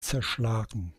zerschlagen